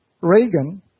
Reagan